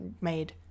made